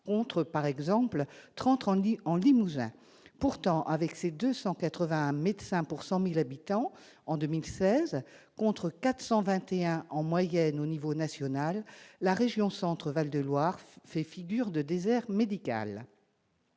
par exemple. Pourtant, avec ses 281 médecins pour 100 000 habitants en 2016, contre 421 en moyenne au niveau national, la région Centre-Val de Loire fait figure de désert médical.